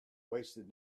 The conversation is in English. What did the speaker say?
wasted